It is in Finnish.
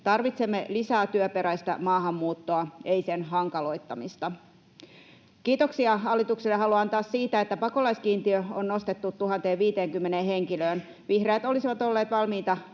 Tarvitsemme lisää työperäistä maahanmuuttoa, emme sen hankaloittamista. Kiitoksia hallitukselle haluan antaa siitä, että pakolaiskiintiö on nostettu 1 050 henkilöön. Vihreät olisivat olleet valmiita